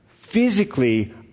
physically